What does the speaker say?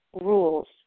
rules